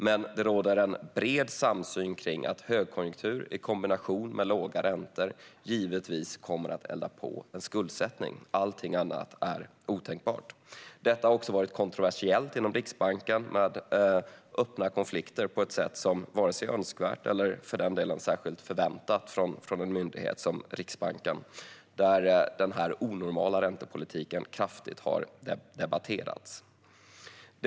Men det råder en bred samsyn om att högkonjunktur i kombination med låga räntor givetvis kommer att elda på en skuldsättning. Allting annat är otänkbart. Detta har också varit kontroversiellt inom Riksbanken med öppna konflikter på ett sätt som varken är önskvärt eller för den delen särskilt förväntat från en myndighet som Riksbanken, där denna onormala räntepolitik har debatterats mycket.